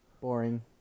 Boring